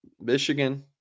Michigan